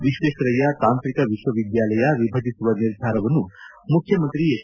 ವಿಶ್ವೇಶ್ವರಯ್ಯ ತಾಂತ್ರಿಕ ವಿಶ್ವವಿದ್ದಾಲಯ ವಿಭಜಿಸುವ ನಿರ್ಧಾರವನ್ನು ಮುಖ್ಯಮಂತ್ರಿ ಎಚ್